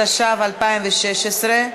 התשע"ו 2016,